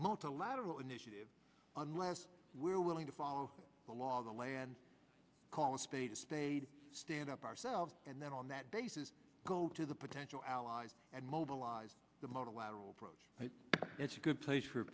multilateral initiative unless we're willing to follow the law of the land call a spade a spade stand up ourselves and then on that basis go to the potential allies and mobilize the motilal approach that's a good place for a